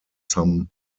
some